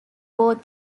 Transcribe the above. both